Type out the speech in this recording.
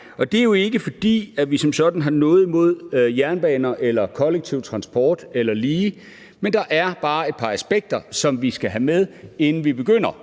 Det er jo ikke, fordi vi som sådan har noget imod jernbaner eller den kollektive transport, men der er bare et par aspekter, som vi skal have med, inden vi begynder